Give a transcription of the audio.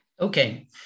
Okay